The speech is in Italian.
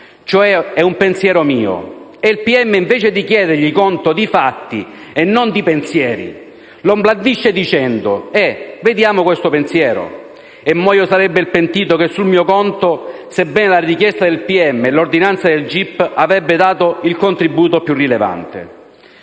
mio». Ed il pubblico ministero, invece di chiedergli conto di fatti e non di pensieri lo blandisce dicendo: «Eh, vediamo questo pensiero». E Moio sarebbe il pentito che sul mio conto, secondo la richiesta del pubblico ministero e l'ordinanza del gip, avrebbe dato il contributo più rilevante.